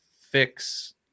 fix